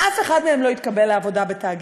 שאף אחד מהם לא התקבל לעבודה בתאגיד,